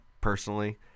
personally